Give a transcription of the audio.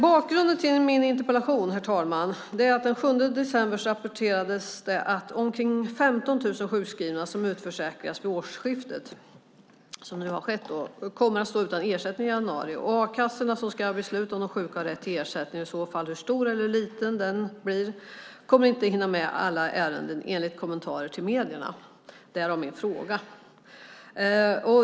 Bakgrunden till min interpellation, herr talman, är att det den 7 december rapporterades att omkring 15 000 sjukskrivna som utförsäkras vid årsskiftet - det har alltså nu skett - skulle stå utan ersättning i januari. A-kassorna, som ska besluta om de sjuka har rätt till ersättning och i så fall hur stor eller liten den blir, skulle inte hinna med alla ärenden, enligt kommentarer till medierna - därav min fråga.